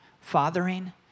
fathering